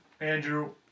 Andrew